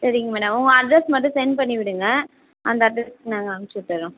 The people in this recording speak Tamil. சரிங்க மேடம் உங்க அட்ரஸ் மட்டும் சென்ட் பண்ணிவிடுங்க அந்த அட்ரெஸ்ஸுக்கு நாங்கள் அமுச்சு விட்டுறோம்